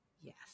yes